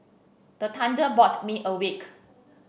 the thunder me awake